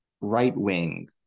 right-wing